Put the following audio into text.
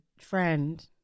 friend